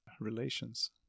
relations